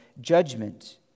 judgment